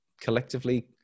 collectively